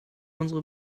unsere